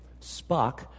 Spock